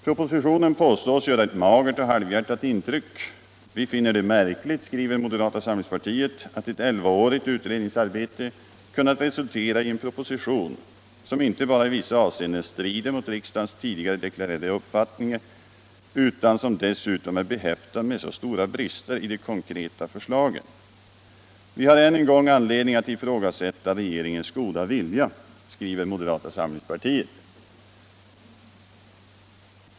Propositionen påstås göra ett magert och halvhjärtat intryck ”Vi finner det märkligt”, skriver moderata samlingspartiet, ”att ett elvaårigt utredningsarbete kunnat resultera i en proposition, som inte bara i vissa avseenden strider mot riksdagens tidigare deklarerade uppfattning utan som dessutom är behäftad med så stora brister i de konkreta förslagen.” "Vi har än en gång anledning att ifrågasätta regeringens goda vilja”, skriver moderata samlingspartiet.